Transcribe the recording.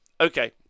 Okay